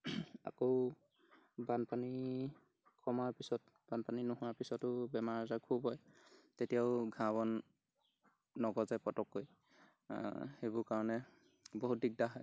আকৌ বানপানী কমাৰ পিছত বানপানী নোহোৱাৰ পিছতো বেমাৰ আজাৰ খুব হয় তেতিয়াও ঘাঁহ বন নগজে পটককৈ সেইবোৰ কাৰণে বহুত দিকদাৰ হয়